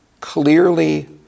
clearly